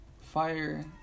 fire